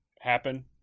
happen